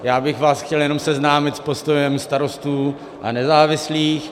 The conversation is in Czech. Já bych vás chtěl jenom seznámit s postojem Starostů a nezávislých.